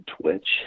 Twitch